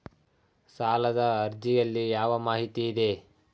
ಸಾಲದ ಅರ್ಜಿಯಲ್ಲಿ ಯಾವ ಮಾಹಿತಿ ಇದೆ?